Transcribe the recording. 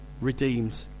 redeemed